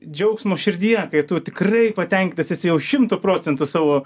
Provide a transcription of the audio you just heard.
džiaugsmo širdyje kai tu tikrai patenkintas esi jau šimtu procentų savo